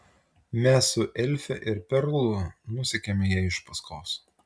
mes su elfe ir perlu nusekėme jai iš paskos